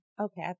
Okay